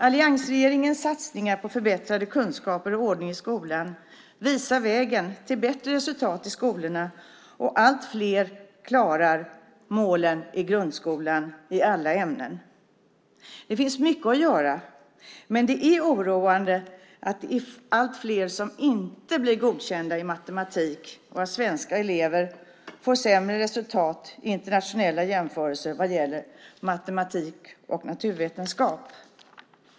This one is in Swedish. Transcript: Alliansregeringens satsningar på förbättrade kunskaper och ordning i skolan visar vägen till bättre resultat i skolorna, och allt fler klarar målen i grundskolan i alla ämnen. Det finns mycket att göra, men det är oroande att det är allt fler som inte blir godkända i matematik och att svenska elever får sämre resultat i internationella jämförelser som gäller matematik och naturvetenskap.